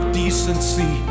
decency